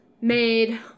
made